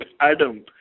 Adam